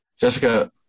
Jessica